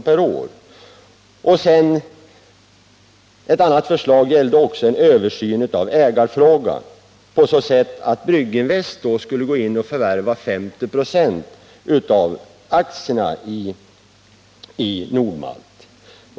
per år, dels en översyn av ägarfrågan på så sätt att Brygginvest skulle gå in och förvärva 50 96 av aktierna i Nord-Malt.